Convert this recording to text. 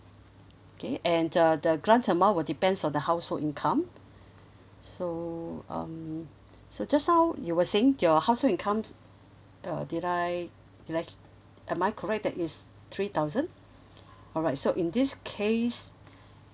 okay and the the grants amount will depends on the household income so um so just now you were saying your household income uh did I did I am I correct that is three thousand alright so in this case